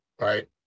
right